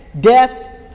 death